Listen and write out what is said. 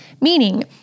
Meaning